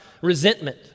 resentment